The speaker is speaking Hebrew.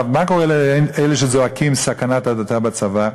מה קורה לאלה שזועקים: סכנת הדתה בצבא?